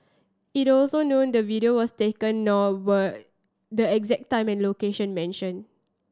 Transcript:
it also known the video was taken nor were the exact time and location mentioned